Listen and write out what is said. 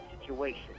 situation